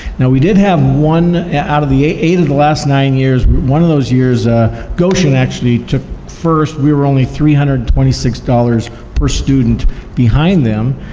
now we did have one out of the eight of the last nine years, one of those years goshen actually took first, we were only three hundred and twenty six dollars per student behind them,